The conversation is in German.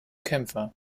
kämpfer